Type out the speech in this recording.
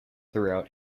throughout